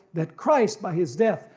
that christ, by his death,